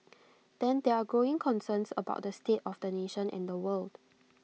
then there are growing concerns about the state of the nation and the world